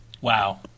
Wow